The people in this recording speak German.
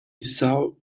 bissau